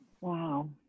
Wow